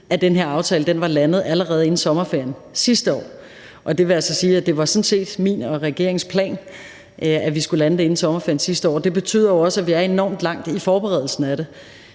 at den her aftale var landet allerede inden sommerferie sidste år. Det vil altså sige, at det sådan set var min og regeringens plan, at vi skulle lande det inden sommerferien sidste år. Det betyder jo også, at vi er enormt langt i forberedelsen af det.